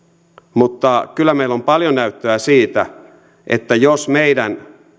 mutta kyllä meillä on paljon näyttöä siitä että jos meidän